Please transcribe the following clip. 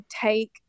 take